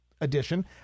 edition